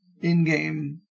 in-game